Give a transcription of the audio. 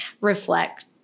reflect